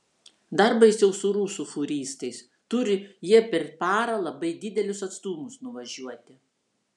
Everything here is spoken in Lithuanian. dar baisiau su rusų fūristais turi jie per parą labai didelius atstumus nuvažiuoti